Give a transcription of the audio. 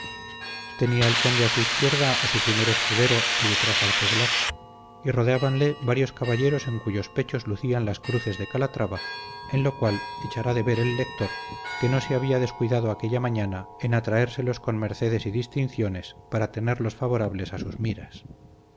tenía el conde a su izquierda a su primer escudero y detrás al juglar y rodeábanle varios caballeros en cuyos pechos lucían las cruces de calatrava en lo cual echará de ver el lector que no se había descuidado aquella mañana en atraérselos con mercedes y distinciones para tenerlos favorables a sus miras